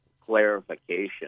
clarification